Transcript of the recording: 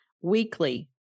weekly